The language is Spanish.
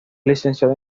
licenciado